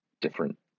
different